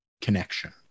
connection